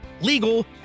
legal